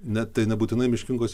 ne tai nebūtinai miškingos